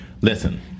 Listen